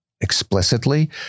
explicitly